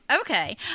okay